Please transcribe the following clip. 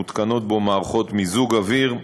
מותקנות בו מערכות מיזוג אוויר,